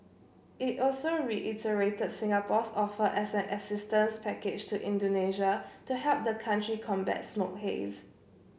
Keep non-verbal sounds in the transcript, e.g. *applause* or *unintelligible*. it also reiterated Singapore's offer of an *unintelligible* assistance package to Indonesia to help the country combat smoke haze